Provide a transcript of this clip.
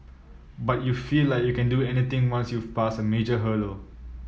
but you feel like you can do anything once youth passed a major hurdle